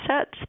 sets